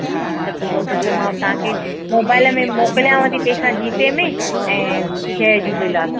हा सत सौ सठ मां तव्हां खे मोबाइल में मोकिलियांव थी पैसा जी पे में ऐं जय झूलेलाल